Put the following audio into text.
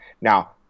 Now